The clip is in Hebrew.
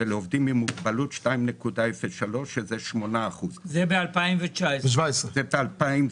ולעובדים עם מוגבלות 2.03 שזה 8%. זה ב-2019.